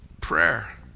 Prayer